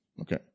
Okay